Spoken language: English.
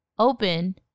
Open